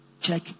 check